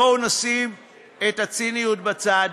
בואו נשים את הציניות בצד,